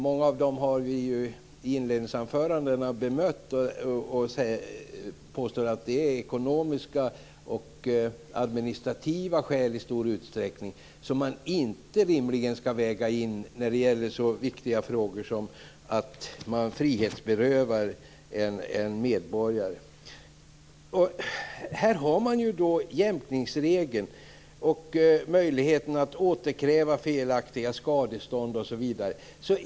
Många av dem har vi i våra inledningsanföranden bemött och pekat på som i stor utsträckning ekonomiska och administrativa skäl som rimligen inte skall vägas in när det gäller en så viktig fråga som den om att frihetsberöva en medborgare. Det finns ju en jämkningsregel och möjligheter till återkrav när det gäller felaktiga skadestånd osv.